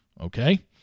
Okay